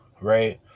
right